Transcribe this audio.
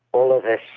all of us.